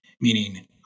meaning